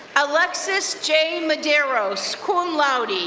alexis jane madeiros, cum laude,